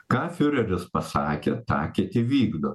ką fiureris pasakė tą kiti vykdo